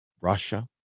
Russia